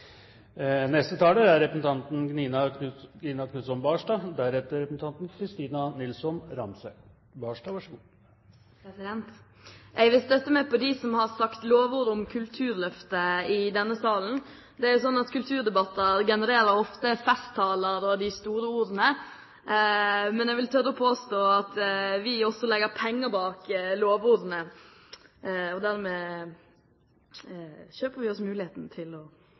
Jeg vil støtte dem som har sagt lovord om Kulturløftet i denne salen. Det er sånn at kulturdebatter ofte genererer festtaler og store ord, men jeg vil tørre å påstå at vi også legger penger bak lovordene. Dermed kjøper vi oss mulighet til å